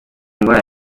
indwara